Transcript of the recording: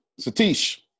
satish